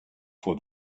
for